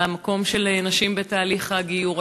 על המקום של נשים בתהליך הגיור,